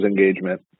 engagement